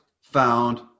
found